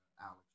Alex